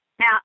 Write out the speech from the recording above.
Now